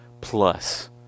plus